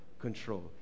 control